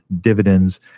dividends